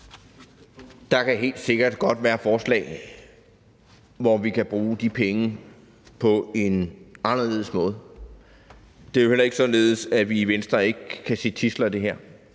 Der kan helt sikkert godt være forslag, hvor vi kan bruge de penge på en anderledes måde. Det er jo heller ikke således, at vi i Venstre ikke kan se tidsler i det her.